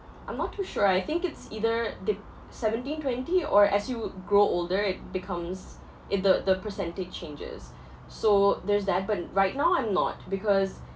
I'm not too sure I think it's either the seventeen twenty or as you grow older it becomes it the the percentage changes so there's that but right now I'm not because